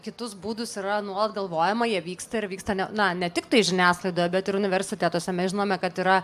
kitus būdus yra nuolat galvojama jie vyksta ir vyksta ne na ne tiktai žiniasklaidoje bet ir universitetuose mes žinome kad yra